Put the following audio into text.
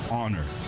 honor